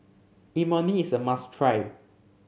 Imoni is a must try